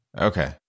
Okay